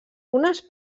unes